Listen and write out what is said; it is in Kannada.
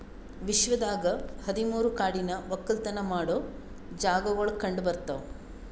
ವಿಶ್ವದಾಗ್ ಹದಿ ಮೂರು ಕಾಡಿನ ಒಕ್ಕಲತನ ಮಾಡೋ ಜಾಗಾಗೊಳ್ ಕಂಡ ಬರ್ತಾವ್